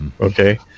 Okay